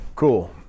Cool